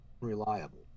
reliable